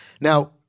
Now